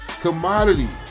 Commodities